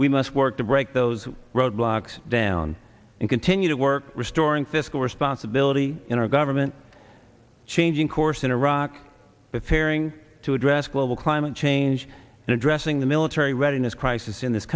we must work to break those roadblocks down and continue to work restoring fiscal responsibility in our government changing course in iraq with caring to address global climate change and addressing the military readiness crisis in this